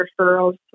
referrals